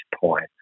point